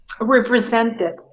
represented